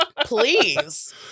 Please